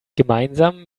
gemeinsam